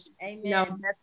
Amen